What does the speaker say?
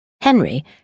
Henry